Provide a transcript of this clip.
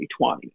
2020